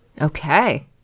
Okay